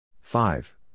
Five